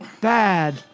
Bad